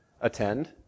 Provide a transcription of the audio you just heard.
attend